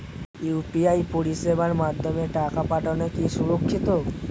UPI পরিষেবার মাধ্যমে টাকা পাঠানো কি সুরক্ষিত?